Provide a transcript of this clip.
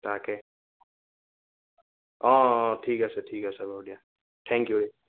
তাকে অ' অ' অ' ঠিক আছে ঠিক আছে বাৰু দিয়া ঠেংক ইউ